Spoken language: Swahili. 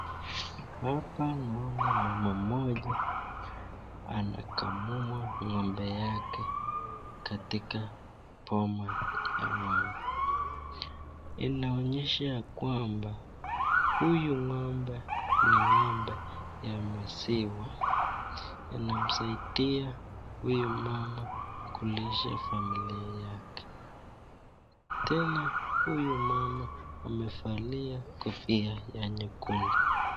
Hapa naona mama moja anakamua ngombe wa katika boma ya ngombe inaonyesha ya kwamba huyu ngombe ni ngombe ya maziwa inamsaidia huyu mama kulisha familia yake tena huyu mama amefalia kofia ya rangi nyekundu.